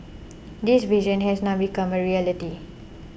this vision has now become a reality